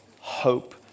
hope